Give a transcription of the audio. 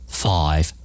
five